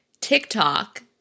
TikTok